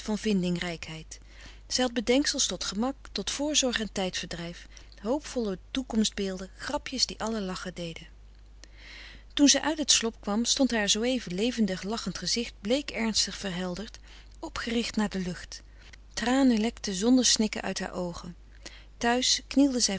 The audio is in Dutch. van vindingrijkheid zij had bedenksels tot gemak tot voorzorg en tijdverdrijf hoopvolle toekomst beelden grapjes die allen lachen deden toen zij uit het slop kwam stond haar zooeven levendig lachend gezicht bleek ernstig verhelderd opgericht naar de lucht tranen leekten zonder snikken uit haar oogen thuis knielde zij